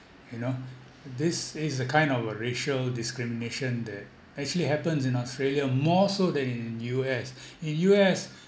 you know this is the kind of racial discrimination that actually happens in australia more so than in U_S in U_S